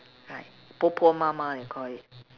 like 婆婆妈妈 they call it